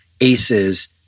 aces